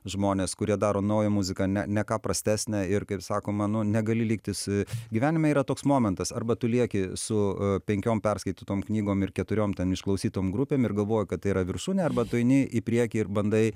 žmonės kurie daro naują muziką ne ne ką prastesnę ir kaip sakoma nu negali liktis gyvenime yra toks momentas arba tu lieki su a penkiom perskaitytom knygom ir keturiom ten išklausytom grupėm ir galvoji kad tai yra viršūnė arba tu eini į priekį ir bandai